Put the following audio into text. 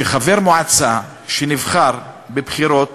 שחבר מועצה שנבחר בבחירות